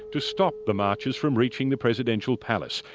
to stop the marchers from reaching the presidential palace.